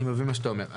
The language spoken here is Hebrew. אני מבין מה שאתה אומר.